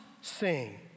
sing